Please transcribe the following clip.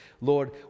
Lord